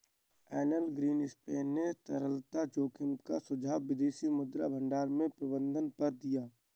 Elon Greenspan ने तरलता जोखिम का सुझाव विदेशी मुद्रा भंडार के प्रबंधन पर दिया